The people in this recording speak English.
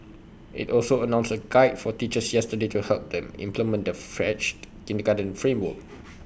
IT also announced A guide for teachers yesterday to help them implement the refreshed kindergarten framework